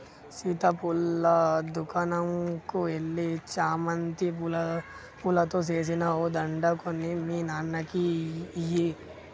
సీత పూల దుకనంకు ఎల్లి చామంతి పూలతో సేసిన ఓ దండ కొని మీ నాన్నకి ఇయ్యి